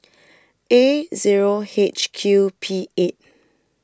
A Zero H Q P eight